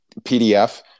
PDF